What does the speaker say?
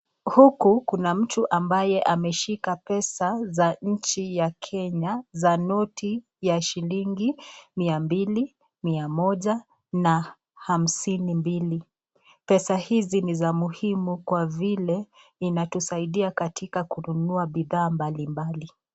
Huku Kuna mtu ambaye ameshika pesa za nchi ya kenya za noti ya shilingi mia mbili, mia moja na hamsini mbili, pesa hizi ni ya muhimu kwa vile inatusaidia katika kununua bidhaa mbalimbali.